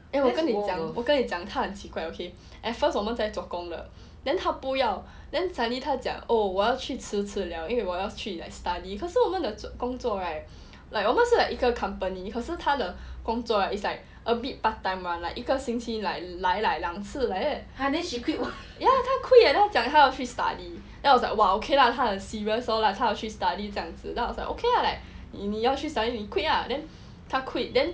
我跟你讲我跟你讲他很奇怪 okay at first 我们在做工的 then 他不要 then suddenly 他讲 oh 我要去吃了因为我要去 like study 可是我们的工作 right like 我们是 like 一个 company 可是他的工作 is like a bit part time [one] like 一个星期 like 来两次 like that ya 他 quit leh 他讲他要去 study then I was like !wah! okay lor 他很 serious lor like 他要去 she study 这样子 then I was like okay lah like 你要去 study 你 quit lah then 他 quit then